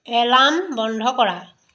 alarm বন্ধ কৰা